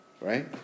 right